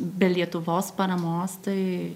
be lietuvos paramos tai